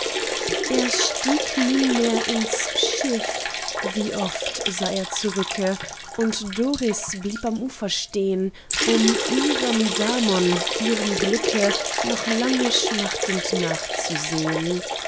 er stieg nunmehr ins schiff wie oft sah er zurücke und doris blieb am ufer stehn um ihrem damon ihrem glücke noch lange schmachtend nachzusehn